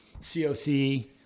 COC